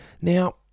Now